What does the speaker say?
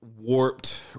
warped